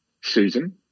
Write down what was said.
susan